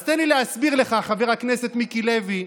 אז תן לי להסביר לך, חבר הכנסת מיקי לוי,